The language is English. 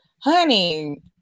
Honey